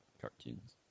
cartoons